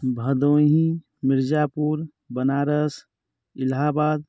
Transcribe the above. Bhadohi Mirzapur Banaras Allahabad